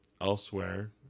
elsewhere